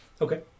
Okay